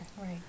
Right